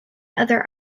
other